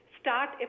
start